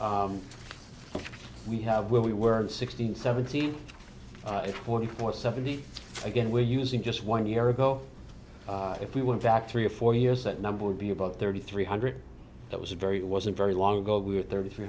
we have where we were in sixteen seventeen twenty four seventy again we're using just one year ago if we went back three or four years that number would be about thirty three hundred that was a very it wasn't very long ago we were thirty three